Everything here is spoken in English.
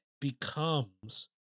becomes